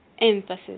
Emphasis